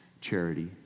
charity